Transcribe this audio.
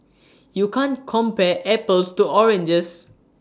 you can't compare apples to oranges